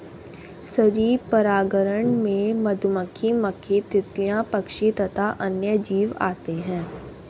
सजीव परागणक में मधुमक्खी, मक्खी, तितलियां, पक्षी तथा अन्य जीव आते हैं